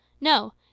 No